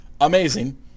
amazing